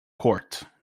court